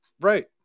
Right